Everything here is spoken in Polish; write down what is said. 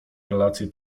relacje